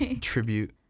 tribute